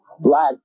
Black